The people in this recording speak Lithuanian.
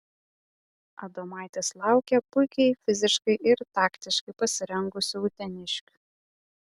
adomaitis laukia puikiai fiziškai ir taktiškai pasirengusių uteniškių